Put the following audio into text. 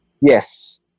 Yes